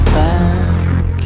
back